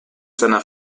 seiner